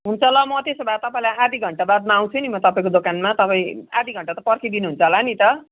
हुन्छ ल म त्यसो भए तपाईँलाई आधा घन्टाबादमा आउँछु नि म तपाईँको दोकानमा तपाईँ आधा घन्टा त पर्खिदिनु हुन्छ होला नि त